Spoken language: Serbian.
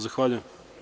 Zahvaljujem.